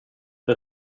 det